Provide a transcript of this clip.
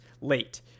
late